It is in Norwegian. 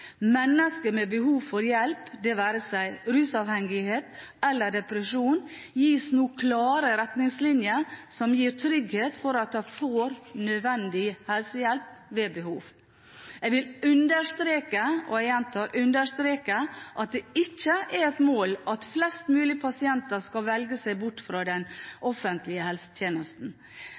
med behov for hjelp – det være seg mennesker med rusavhengighet eller depresjon – gis nå klare retningslinjer som gir trygghet for at de får nødvendig helsehjelp ved behov. Jeg vil understreke – jeg gjentar understreke – at det ikke er et mål at flest mulig pasienter skal velge seg bort fra den